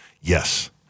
Yes